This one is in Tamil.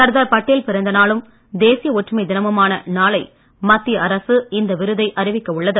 சர்தார் பட்டேல் பிறந்த நாளும் தேசிய ஒற்றுமை தினமுமான நாளை மத்திய அரசு இந்த விருதை அறிவிக்க உள்ளது